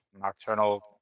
Nocturnal